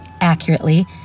accurately